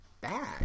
bad